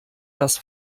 das